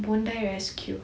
bondi rescue